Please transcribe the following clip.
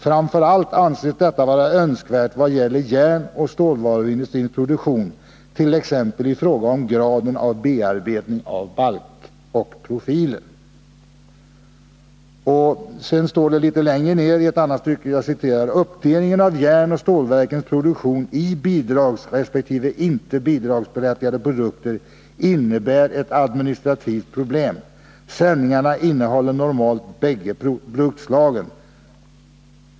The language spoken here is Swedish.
Framför allt anses detta vara önskvärt vad gäller järnoch stålvaruindustrins produktion, t.ex. i fråga om graden av bearbetning av balk och profiler.” Litet längre ned står det: ”Uppdelningen av järnoch stålverkens produktion i bidragsresp. inte bidragsberättigade produkter innebär ett administrativt problem. Sändningarna innehåller normalt båda produktslagen.